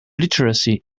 literacy